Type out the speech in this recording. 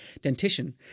dentition